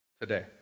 today